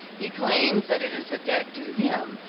he claims that it is a debt due him,